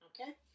Okay